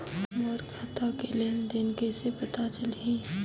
मोर खाता के लेन देन कइसे पता चलही?